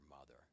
mother